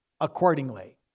accordingly